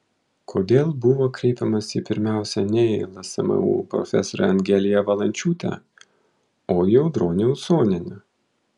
kodėl buvo kreipiamasi pirmiausia ne į lsmu profesorę angeliją valančiūtę o į audronę usonienę